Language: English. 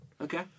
Okay